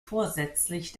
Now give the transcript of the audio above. vorsätzlich